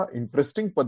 interesting